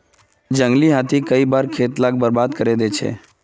जंगली हाथी कई बार खेत लाक बर्बाद करे दे छे